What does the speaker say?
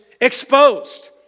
exposed